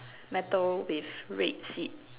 metal with red seat